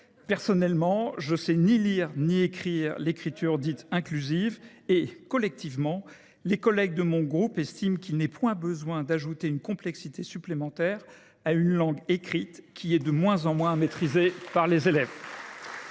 Personnellement, je ne sais ni lire ni écrire l’écriture dite inclusive et, collectivement, les collègues du groupe CRCE K estiment qu’il n’est point besoin d’ajouter de la complexité à une langue écrite qui est de moins en moins maîtrisée par les élèves.